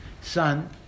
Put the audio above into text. son